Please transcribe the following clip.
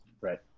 Right